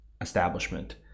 establishment